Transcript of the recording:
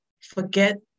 forget